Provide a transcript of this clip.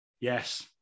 yes